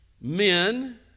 Men